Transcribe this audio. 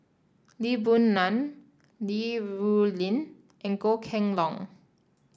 Lee Boon Ngan Li Rulin and Goh Kheng Long